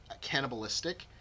cannibalistic